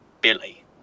billy